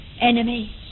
enemy